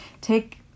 take